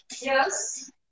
Yes